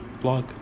blog